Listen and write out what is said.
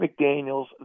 McDaniels